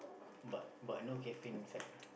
but but no caffeine inside ah